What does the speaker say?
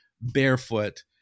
barefoot